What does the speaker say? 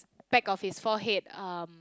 back of his forehead um